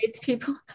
people